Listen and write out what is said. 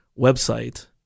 website